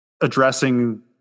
addressing